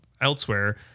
elsewhere